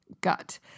gut